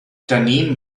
daneben